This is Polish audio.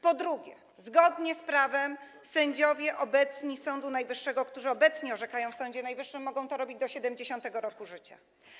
Po drugie, zgodnie z prawem sędziowie Sądu Najwyższego, którzy obecnie orzekają w Sądzie Najwyższym, mogą to robić do 70. roku życia.